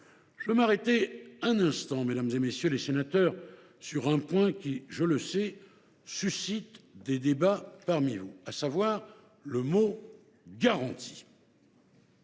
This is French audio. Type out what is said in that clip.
veux m’arrêter un instant, mesdames, messieurs les sénateurs, sur un point, dont je sais qu’il suscite des débats parmi vous, à savoir le mot « garantie ».